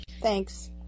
Thanks